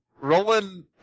Roland